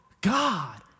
God